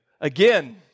again